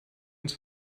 uns